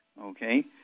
Okay